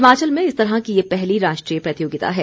हिमाचल में इस तरह की ये पहली राष्ट्रीय प्रतियोगिता है